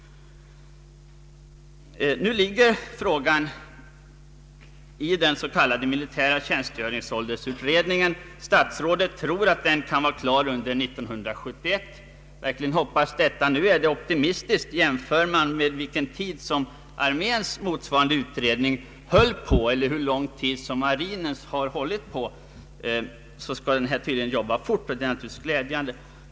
Nu ligger frågan hos den s.k. militära tjänstgöringsåldersutredningen. Statsrådet tror att denna utredning för flygvapnet kan vara klar under 1971. Vi får verkligen hoppas det. Dock är det optimistiskt. Jämför man med vilken tid arméns motsvarande utredning höll på eller marinens utredning har hållit på, finner man att denna utredning tydligen skall arbeta fort, vilket naturligtvis är glädjande.